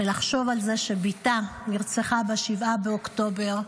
ולחשוב על זה שבתה נרצחה ב-7 באוקטובר.